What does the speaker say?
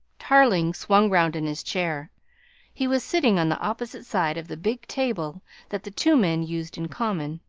tarling swung round in his chair he was sitting on the opposite side of the big table that the two men used in common.